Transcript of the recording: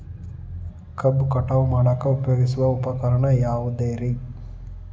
ಕಬ್ಬು ಕಟಾವು ಮಾಡಾಕ ಉಪಯೋಗಿಸುವ ಉಪಕರಣ ಯಾವುದರೇ?